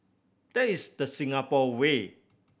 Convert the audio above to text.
that is the Singapore way